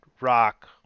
rock